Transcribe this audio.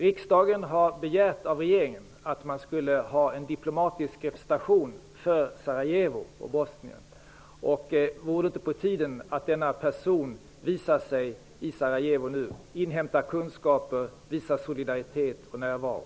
Riksdagen har begärt av regeringen att det skall inrättas en diplomatisk representation för Sarajevo och Bosnien. Är det inte på tiden att denna person nu visar sig i Sarajevo, inhämtar kunskaper, visar solidaritet och närvaro?